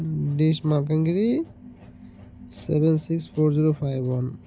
dish seven six four zero five one